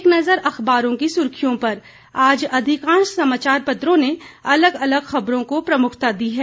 एक नज़र अखबारों की सुर्खियों पर आज अधिकांश समाचार पत्रों ने अलग अलग खबरों को प्रमुखता दी है